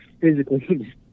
physically